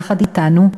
יחד אתנו,